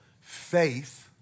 Faith